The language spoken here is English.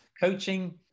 coaching